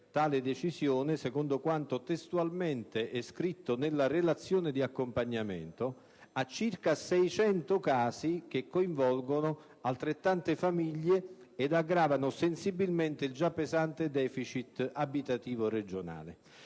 tale decisione, secondo quanto testualmente è scritto nella relazione di accompagnamento, a circa 600 casi, che coinvolgono altrettante famiglie e aggravano sensibilmente il già pesante *deficit* abitativo regionale.